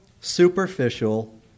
superficial